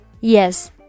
Yes